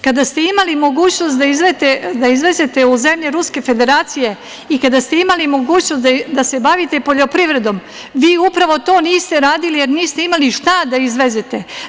Kada ste imali mogućnost da izvezete u zemlje Ruske Federacije i kada ste imali mogućnost da se bavite poljoprivrednom, vi upravo to niste radili, jer niste imali šta da izvezete.